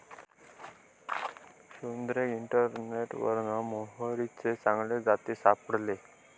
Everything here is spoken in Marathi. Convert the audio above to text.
सुरेंद्राक इंटरनेटवरना मोहरीचे चांगले जाती सापडले